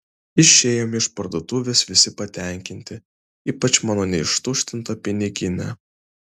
išėjome iš parduotuvės visi patenkinti ypač mano neištuštinta piniginė